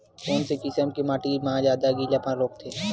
कोन से किसम के माटी ज्यादा गीलापन रोकथे?